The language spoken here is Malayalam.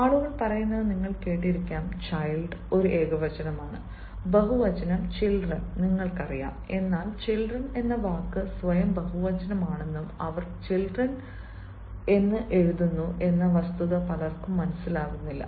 ആളുകൾ പറയുന്നത് നിങ്ങൾ കേട്ടിരിക്കാം ചൈൽഡ് ഒരു ഏകവചനമാണ് ബഹുവചനം ചിൽഡ്രൺ നിങ്ങൾക്കറിയാം എന്നാൽ ചിൽഡ്രൺ എന്ന വാക്ക് സ്വയം ബഹുവചനമാണെന്നും അവർ ചിൽഡ്രൺ എന്നും എഴുതുന്നു എന്ന വസ്തുത പലർക്കും മനസ്സിലാകുന്നില്ല